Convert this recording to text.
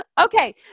Okay